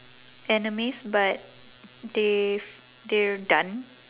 animes but they they're done